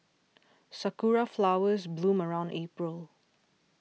sakura flowers bloom around April